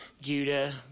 Judah